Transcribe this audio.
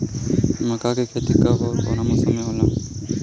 मका के खेती कब ओर कवना मौसम में होला?